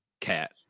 Cat